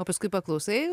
o paskui paklausai